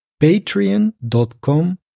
patreon.com